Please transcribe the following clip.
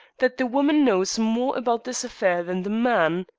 that the woman knows more about this affair than the man.